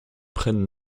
prennent